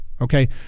Okay